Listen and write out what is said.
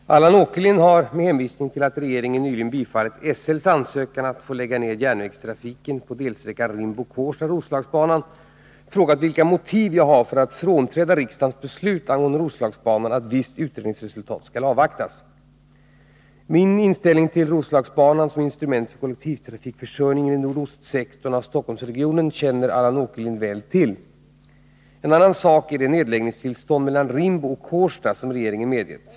Herr talman! Allan Åkerlind har — med hänvisning till att regeringen nyligen bifallit SL:s ansökan att få lägga ned järnvägstrafiken på delsträckan Hadar Cars har föreslagit. Jag har sålunda inte någon avvikande mening. Jag Rimbo-Kårsta av Roslagsbanan — frågat vilka motiv jag har för att frånträda riksdagens beslut angående Roslagsbanan att visst utredningsresultat skall avvaktas. Min inställning till Roslagsbanan som instrument för kollektivtrafikförsörjningen i nordostsektorn av Stockholmsregionen känner Allan Åkerlind väl till. En annan sak är det nedläggningstillstånd mellan Rimbo och Kårsta som regeringen medgett.